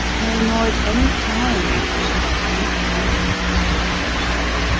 noe nor at any time would she any countenance to him showe.